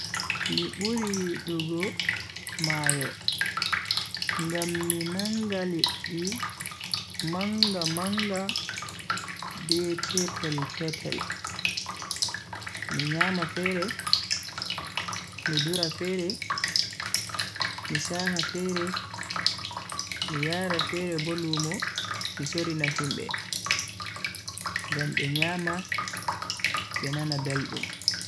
Mi buri yidugo mayo ngam mi nanga liddi manga-manga be petel-petel. Mi nyama fere, mi dura fere, mi saha fere mi yara fere bo lumo mi sorrina himbe ngam be nyama be nana beldum.